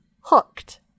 hooked